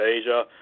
Asia